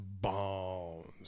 Bonds